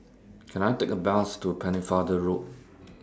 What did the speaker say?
Can I Take A Bus to Pennefather Road